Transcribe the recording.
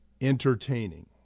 entertaining